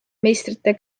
meistrite